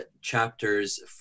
chapters